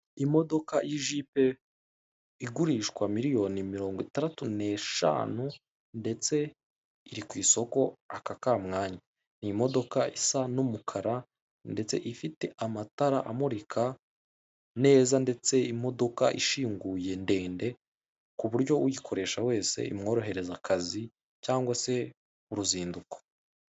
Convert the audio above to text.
Imodoka y'ijipe igurishwa miliyoni mirongo itandatu n'eshanu, ndetse iri kw'isoko aka ka mwanya. Ni imodoka isa n'umukara, ndetse ifite amatara amurika neza, ndetse imodoka ishinguye ndende kuburyo uyikoresha wese imworohereza akazi cyangwa se uruzinduko